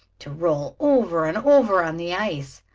to roll over and over on the ice.